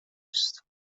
است